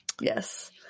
Yes